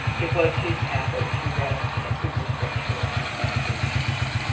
it was his habit to rest a superstructure on foundations.